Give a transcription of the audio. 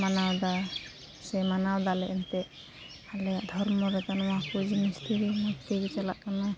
ᱢᱟᱱᱟᱣᱮᱫᱟ ᱥᱮ ᱢᱟᱱᱟᱣᱮᱫᱟᱞᱮ ᱮᱱᱛᱮᱫ ᱟᱞᱮᱭᱟᱜ ᱫᱷᱚᱨᱢᱚᱨᱮᱫᱚ ᱱᱚᱣᱟᱠᱚ ᱡᱤᱱᱤᱥ ᱛᱮᱜᱮ ᱢᱚᱡᱽᱛᱮᱜᱮ ᱪᱟᱞᱟᱜ ᱠᱟᱱᱟ